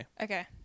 Okay